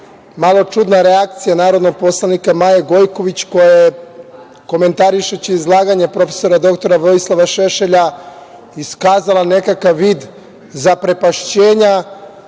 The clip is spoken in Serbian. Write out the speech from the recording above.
malo čudna reakcija narodnog poslanika Maje Gojković, koja je komentarišući izlaganje prof. dr Vojislava Šešelja iskazala nekakav vid zaprepašćenja